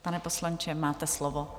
Pane poslanče, máte slovo.